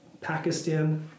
Pakistan